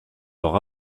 leur